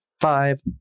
Five